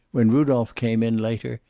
when rudolph came in, later,